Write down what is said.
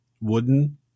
wooden